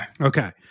Okay